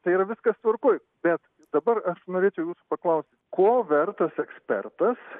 tai yra viskas tvarkoj bet dabar aš norėčiau jūsų paklausti ko vertas ekspertas